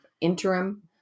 interim